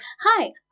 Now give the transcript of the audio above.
hi